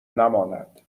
نماند